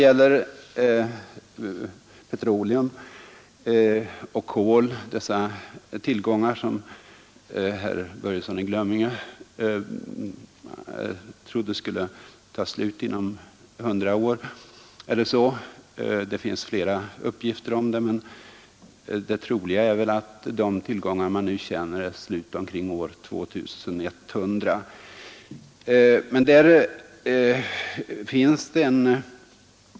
Herr Börjesson i Glömminge menade att petroleum och kol skulle ta slut inom hundra år. Det finns flera uppgifter om den saken, men det tycks råda viss samstämmighet om att de tillgångar som man nu känner till är slut omkring år 2 100.